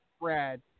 Brad